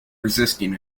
resisting